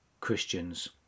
Christians